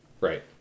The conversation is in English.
Right